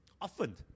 often